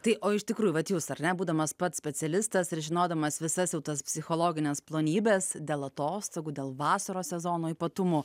tai o iš tikrųjų vat jūs ar ne būdamas pats specialistas ir žinodamas visas tas psichologines plonybes dėl atostogų dėl vasaros sezono ypatumų